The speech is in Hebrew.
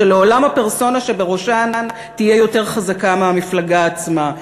שלעולם הפרסונה שבראשן תהיה יותר חזקה מהמפלגה עצמה,